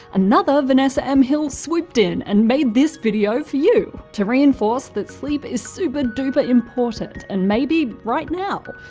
another vanessa m hill swooped in and made this video for you, to reinforce that sleep is super duper important and maybe, right now,